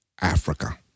Africa